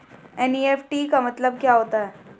NEFT का मतलब क्या होता है?